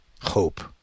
hope